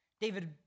David